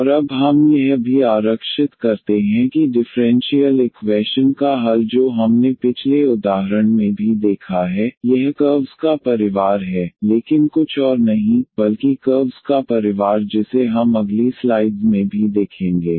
और अब हम यह भी आरक्षित करते हैं कि डिफ़्रेंशियल इक्वैशन का हल जो हमने पिछले उदाहरण में भी देखा है यह कर्व्स का परिवार है लेकिन कुछ और नहीं बल्कि कर्व्स का परिवार जिसे हम अगली स्लाइड्स में भी देखेंगे